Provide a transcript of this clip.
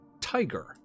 tiger